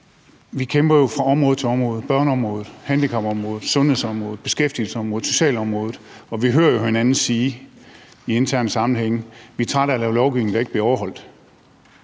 vi kæmper jo fra område til område – børneområdet, handicapområdet, sundhedsområdet, beskæftigelsesområdet, socialområdet – og vi hører hinanden sige i interne sammenhænge, at vi er trætte af at lave lovgivning, der ikke bliver overholdt.